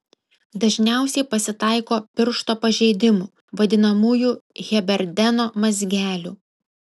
dažniausiai pasitaiko piršto pažeidimų vadinamųjų heberdeno mazgelių